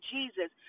Jesus